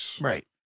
Right